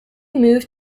moved